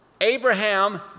Abraham